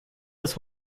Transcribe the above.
das